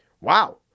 Wow